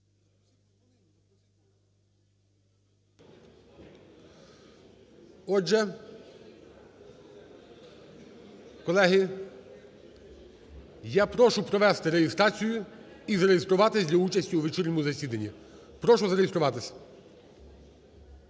Отже, колеги, я прошу провести реєстрацію і зареєструватись для участі у вечірньому засіданні. Прошу зареєструватись.